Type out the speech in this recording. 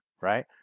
right